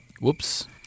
Whoops